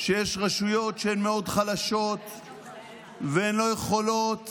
שיש רשויות שהן מאוד חלשות והן לא יכולות